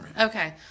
Okay